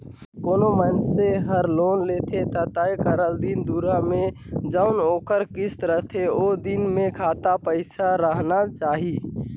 कोनो मइनसे हर लोन लेथे ता तय करल दिन दुरा में जउन ओकर किस्त रहथे ओ दिन में खाता पइसा राहना चाही